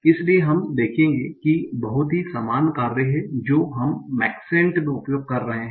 इसलिए हम देखेंगे कि बहुत ही समान कार्य हैं जो हम मैक्सेंट में उपयोग कर रहे हैं